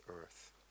earth